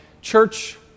church